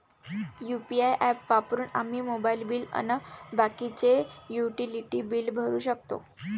UPI app वापरून आम्ही mobile bill अन बाकीचे युटिलिटी बिल भरू शकतो